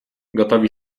gotowi